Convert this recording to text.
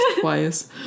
twice